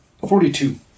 Forty-two